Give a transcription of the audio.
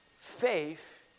Faith